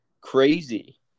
crazy